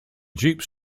jeeps